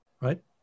right